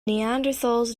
neanderthals